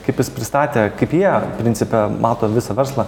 kaip jis pristatė kaip jie principe mato visą verslą